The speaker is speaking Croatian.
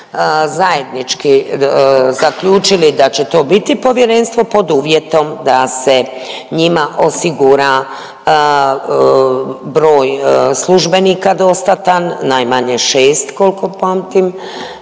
zajednički zaključili da će to biti Povjerenstvo pod uvjetom da se njima osigura broj službenika dostatan, najmanje 6 kolko pamtim